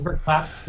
Clap